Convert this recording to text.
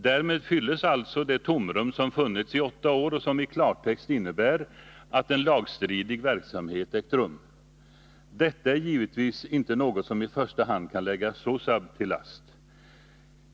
Därmed fylls alltså det tomrum, som funnits i åtta år och som i klartext innebär att en lagstridig verksamhet ägt rum. Detta är givetvis inte något som i första hand kan läggas SOSAB till last.